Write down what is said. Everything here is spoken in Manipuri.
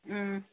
ꯎꯝ